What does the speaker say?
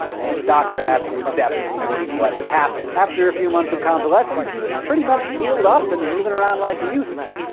and the doctor had to accept indeed what had happened. after a few months of convalescing, he was pretty much healed up and moving around like he used to.